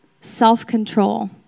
self-control